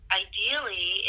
ideally